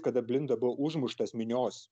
kada blinda buvo užmuštas minios